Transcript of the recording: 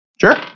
Sure